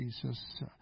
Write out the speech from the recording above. Jesus